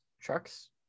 Trucks